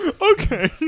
Okay